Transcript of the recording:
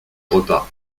repas